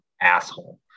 asshole